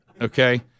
okay